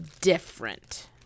different